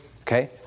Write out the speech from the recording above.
okay